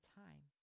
time